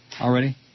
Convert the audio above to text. already